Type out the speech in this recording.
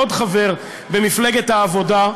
עוד חבר במפלגת העבודה,